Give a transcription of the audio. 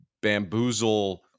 bamboozle